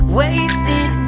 wasted